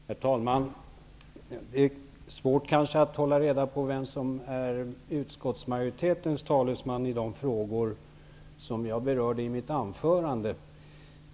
Herr talman! Det kanske är svårt att hålla reda på vem som är utskottsmajoritetens talesman i de frågor som jag berörde i mitt anförande.